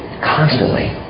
constantly